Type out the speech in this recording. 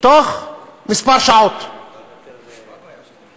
בתוך שעות ספורות.